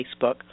Facebook